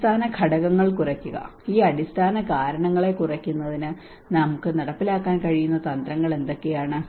അടിസ്ഥാന ഘടകങ്ങൾ കുറയ്ക്കുക ഈ അടിസ്ഥാന കാരണങ്ങളെ കുറയ്ക്കുന്നതിന് നമുക്ക് നടപ്പിലാക്കാൻ കഴിയുന്ന തന്ത്രങ്ങൾ എന്തൊക്കെയാണ്